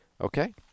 Okay